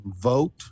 vote